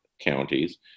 counties